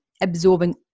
absorbing